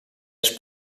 els